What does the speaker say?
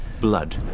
blood